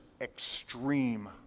extreme